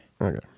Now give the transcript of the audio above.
Okay